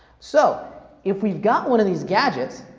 so if we've got one of these gadgets,